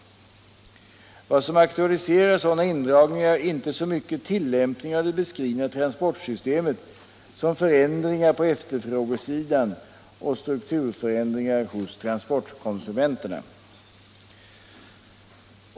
Vad som aktualiserar sådana indragningar är inte så mycket tillämpningen av det beskrivna transportsystemet som förändringar på efterfrågesidan och strukturförändringar hos transportkonsumenterna.